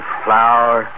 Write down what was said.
flower